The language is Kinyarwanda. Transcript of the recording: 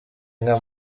nka